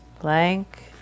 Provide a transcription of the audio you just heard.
blank